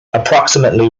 approximately